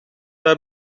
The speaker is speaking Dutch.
bij